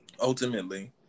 ultimately